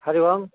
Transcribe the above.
हरिः ओम्